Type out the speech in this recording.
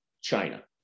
China